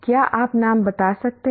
क्या आप नाम बता सकते हैं